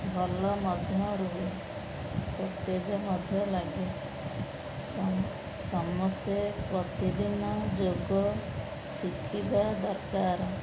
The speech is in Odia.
ଭଲ ମଧ୍ୟ ରୁହେ ସତେଜ ମଧ୍ୟ ଲାଗେ ସମସ୍ତେ ପ୍ରତିଦିନ ଯୋଗ ଶିଖିବା ଦରକାର